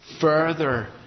further